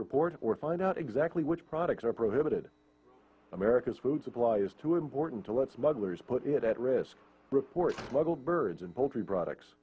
report or find out exactly which products are prohibited america's food supply is too important to let smugglers put it at risk reports smuggled birds and p